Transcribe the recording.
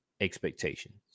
expectations